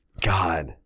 God